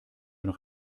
noch